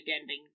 ending